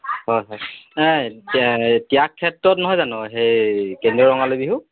হয় হয় নাই ত্যাগ ক্ষেত্ৰত নহয় জানো সেই কেন্দ্ৰীয় ৰঙালী বিহু